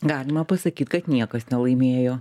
galima pasakyt kad niekas nelaimėjo